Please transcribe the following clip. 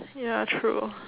ya true